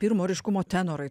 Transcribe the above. pirmo ryškumo tenorai